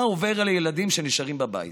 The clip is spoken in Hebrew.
מה עובר על ילדים שנשארים בבית?